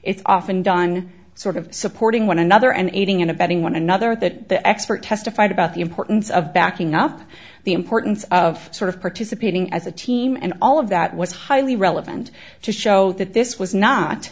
it's often done sort of supporting one another and aiding and abetting one another that expert testified about the importance of backing up the importance of sort of participating as a team and all of that was highly relevant to show that this was not